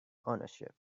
ownership